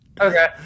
Okay